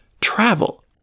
travel